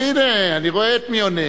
הנה, אני רואה מי עונה.